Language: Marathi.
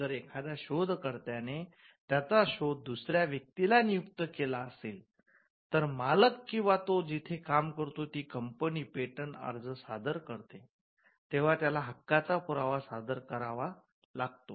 जर एखादा शोधकर्त्याने त्याचा शोध दुसर्या व्यक्तीला नियुक्त केला असेल तर मालक किंवा तो जिथे काम करतो ती कंपनी पेटंट अर्ज सादर करते तेव्हा त्याला हक्काचा पुरावा सादर करावा लागतो